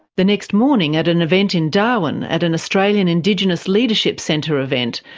the next morning, at an event in darwin, at an australian indigenous leadership centre event,